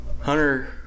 Hunter